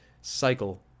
cycle